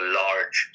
large